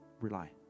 Rely